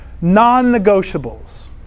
non-negotiables